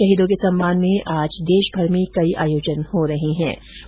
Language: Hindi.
शहीदों के सम्मान में आज देशभर में कई आयोजन होंगे